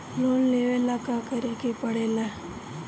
Loan लेबे ला का करे के पड़े ला?